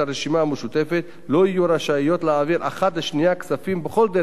המשותפת לא יהיו רשאיות להעביר אחת לשנייה כספים בכל דרך שהיא,